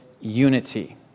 unity